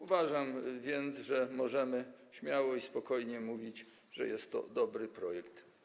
Uważam więc, że możemy śmiało i spokojnie mówić, że jest to dobry projekt.